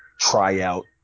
tryout